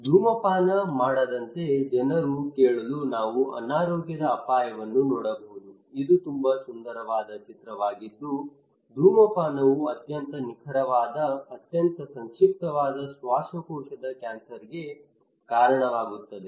ಧೂಮಪಾನ ಮಾಡದಂತೆ ಜನರನ್ನು ಕೇಳಲು ನಾವು ಅನಾರೋಗ್ಯದ ಅಪಾಯವನ್ನು ನೋಡಬಹುದು ಇದು ತುಂಬಾ ಸುಂದರವಾದ ಚಿತ್ರವಾಗಿದ್ದು ಧೂಮಪಾನವು ಅತ್ಯಂತ ನಿಖರವಾದ ಅತ್ಯಂತ ಸಂಕ್ಷಿಪ್ತವಾದ ಶ್ವಾಸಕೋಶದ ಕ್ಯಾನ್ಸರ್ಗೆ ಕಾರಣವಾಗುತ್ತದೆ